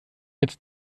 jetzt